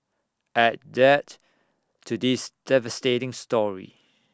add that to this devastating story